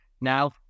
now